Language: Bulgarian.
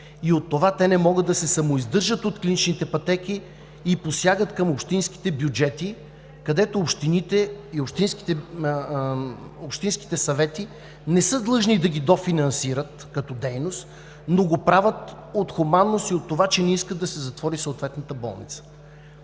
и от това те не могат да се самоиздържат – от клиничните пътеки, и посягат към общинските бюджети, където общините и общинските съвети не са длъжни да ги дофинансират като дейност, но го правят от хуманност и заради това, че не искат да се затвори съответната болница.